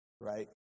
right